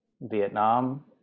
Vietnam